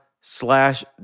slash